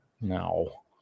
No